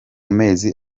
mezi